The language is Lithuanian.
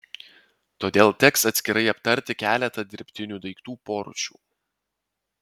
todėl teks atskirai aptarti keletą dirbtinių daiktų porūšių